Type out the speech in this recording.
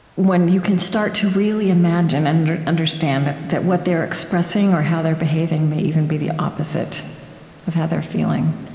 when you can start to really imagine and understand, that that what they're expressing or how they're behaving may even be the opposite of how they're feeling.